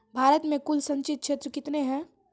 भारत मे कुल संचित क्षेत्र कितने हैं?